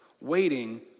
waiting